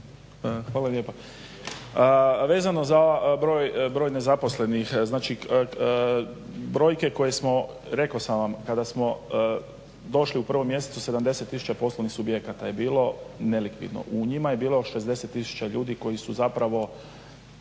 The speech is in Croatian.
Hvala lijepa. Vezano za broj nezaposlenih. Znači brojke koje smo rekao sam vam kada smo došli u 1.mjesecu 70 tisuća poslovnih subjekata je bilo nelikvidno u njima je bilo 60 tisuća ljudi koji su zapravo